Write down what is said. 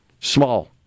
small